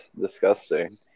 disgusting